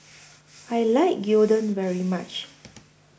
I like Gyudon very much